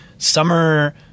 Summer